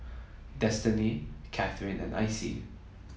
Destinee Cathryn and Icey